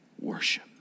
worship